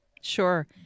Sure